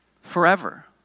forever